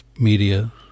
media